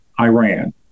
Iran